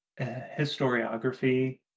historiography